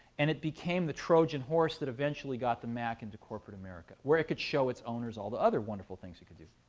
and it became the trojan horse that eventually got the mac into corporate america, where it could show its owners all the other wonderful things it could do.